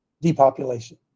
depopulation